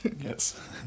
Yes